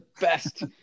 best